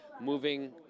moving